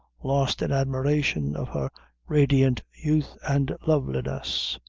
lost in admiration of her radiant youth and loveliness.